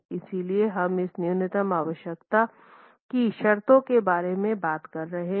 इसलिए हम इस न्यूनतम आवश्यकता की शर्तों के बारे में बात कर रहे हैं